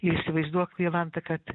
ir įsivaizduok jolanta kad